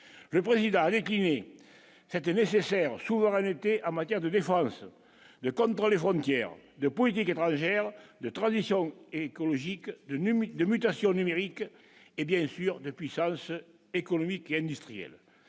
le président les c'était nécessaire souveraineté en matière de défense, le contrôle des frontières, de politique étrangère de transition écologique de numéros de mutation numérique et, bien sûr, de puissance économique et industriel,